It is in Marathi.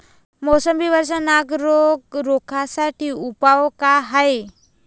मोसंबी वरचा नाग रोग रोखा साठी उपाव का हाये?